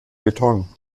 beton